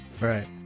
Right